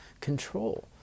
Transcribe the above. control